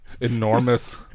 enormous